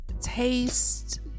taste